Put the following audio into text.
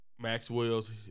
Maxwell's